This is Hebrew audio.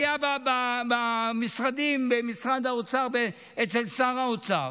היו במשרדים, במשרד האוצר אצל שר האוצר.